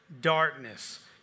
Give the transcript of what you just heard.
Darkness